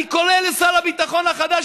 אני קורא לשר הביטחון החדש,